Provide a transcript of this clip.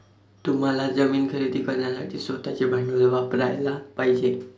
तुम्हाला जमीन खरेदी करण्यासाठी स्वतःचे भांडवल वापरयाला पाहिजे